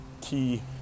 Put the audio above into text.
key